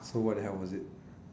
so what the hell was it